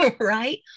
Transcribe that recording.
right